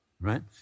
right